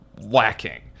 lacking